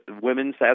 women's